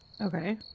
Okay